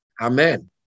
Amen